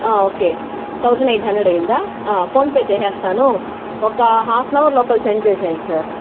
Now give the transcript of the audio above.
ఒకే thousand eight hundred అయిందా PhonePe చేసేస్తాను ఒక హాఫ్ అన్ అవర్ లోపల సెండ్ చేసేయండి సార్